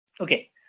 Okay